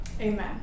Amen